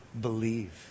believe